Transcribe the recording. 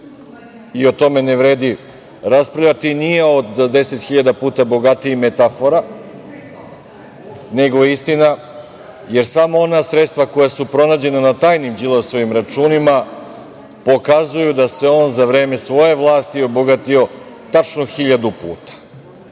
i o tome ne vredi raspravljati. Nije ovo za 10.000 puta bogatiji, metafora, nego istina, jer samo ona sredstva koja su pronađena na tajnim Đilasovim računima pokazuju da se on za vreme svoje vlasti obogatio tačno hiljadu puta.